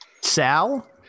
Sal